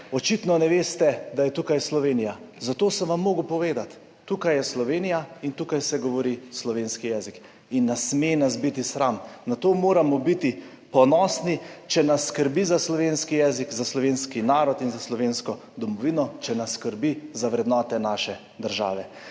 očitno ne veste, da je tukaj Slovenija, zato sem vam moral povedati, tukaj je Slovenija in tukaj se govori slovenski jezik. Ne sme nas biti sram, na to moramo biti ponosni, če nas skrbi za slovenski jezik, za slovenski narod in za slovensko domovino, če nas skrbi za vrednote naše države.